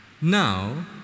Now